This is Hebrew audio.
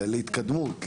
להתקדמות,